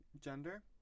gender